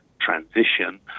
transition